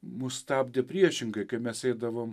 mus stabdė priešingai kai mes eidavom